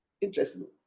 Interesting